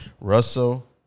Russell